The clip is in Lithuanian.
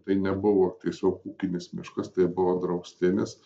tai nebuvo tiesiog ūkinis miškas tai buvo draustinis